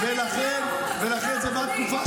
חברת הכנסת